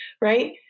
right